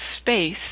space